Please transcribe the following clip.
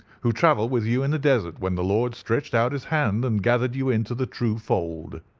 who travelled with you in the desert when the lord stretched out his hand and gathered you into the true fold.